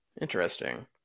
Interesting